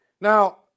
Now